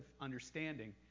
understanding